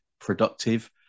productive